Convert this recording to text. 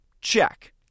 Check